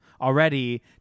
already